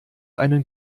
einen